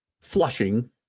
Flushing